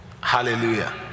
hallelujah